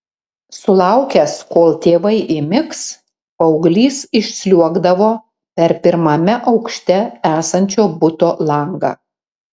sulaukęs kol tėvai įmigs paauglys išsliuogdavo per pirmame aukšte esančio buto langą